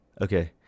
Okay